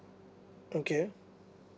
okay